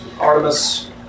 Artemis